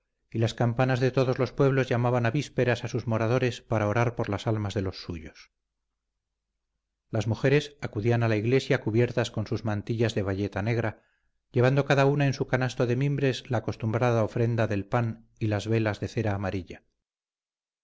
y las campanas de todos los pueblos llamaban a vísperas a sus moradores para orar por las almas de los suyos las mujeres acudían a la iglesia cubiertas con sus mantillas de bayeta negra llevando cada una en su canasto de mimbres la acostumbrada ofrenda del pan y las velas de cera amarilla